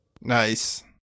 nice